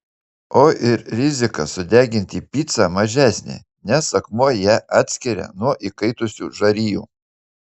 o ir rizika sudeginti picą mažesnė nes akmuo ją atskiria nuo įkaitusių žarijų